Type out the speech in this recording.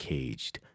Caged